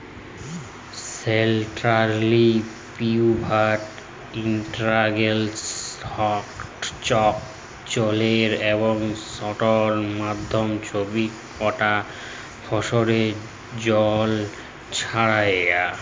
central pivot ইরিগেসলে ইকট চক্কর চলে এবং সেটর মাধ্যমে ছব কটা ফসলে জল ছড়ায়